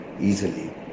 easily